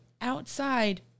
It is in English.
outside